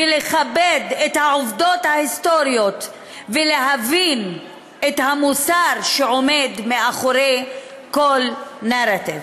לכבד את העובדות ההיסטוריות ולהבין את המוסר שעומד מאחורי כל נרטיב.